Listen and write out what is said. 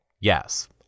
Yes